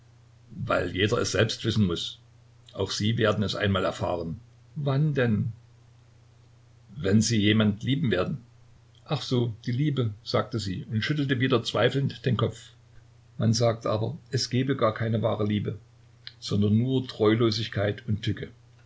weil jeder es selbst wissen muß auch sie werden es einmal erfahren wann denn wenn sie jemand lieben werden ach so die liebe sagte sie und schüttelte wieder zweifelnd den kopf man sagt aber es gäbe gar keine wahre liebe sondern nur treulosigkeit und tücke